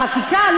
חקיקה,